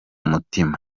mutima